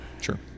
Sure